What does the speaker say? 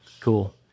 Cool